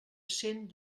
cent